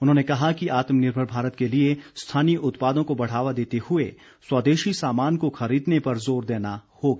उन्होंने कहा कि आत्मनिर्भर बनने के लिए स्थानीय उत्पादों को बढ़ावा देते हुए स्वदेशी सामान को खरीदने पर ज़ोर देना होगा